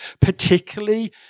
particularly